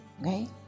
Okay